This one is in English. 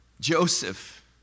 Joseph